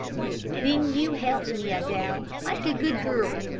then you help me, adele, like a good girl,